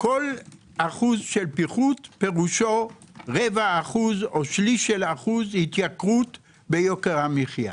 כל אחוז פיחות פירושו רבע או שליש אחוז התייקרות ביוקר המחיה.